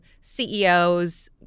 CEOs